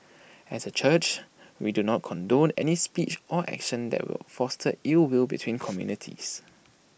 as A church we do not condone any speech or actions that will foster ill will between communities